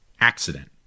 accident